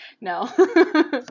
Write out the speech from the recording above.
No